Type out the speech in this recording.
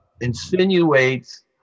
insinuates